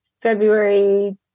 February